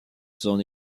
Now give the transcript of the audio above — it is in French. son